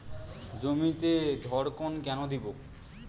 জমিতে ধড়কন কেন দেবো?